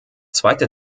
zweite